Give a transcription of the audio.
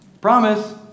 Promise